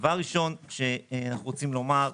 דבר ראשון שאנחנו רוצים לומר,